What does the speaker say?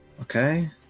Okay